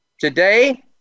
today